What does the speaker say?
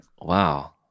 Wow